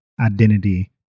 identity